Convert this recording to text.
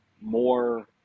more